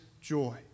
joy